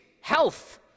health